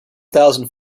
thousand